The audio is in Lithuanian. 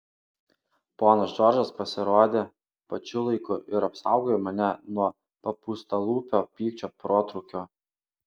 ponas džordžas pasirodė pačiu laiku ir apsaugojo mane nuo papūstalūpio pykčio protrūkio